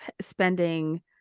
spending